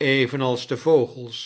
evenals de vogels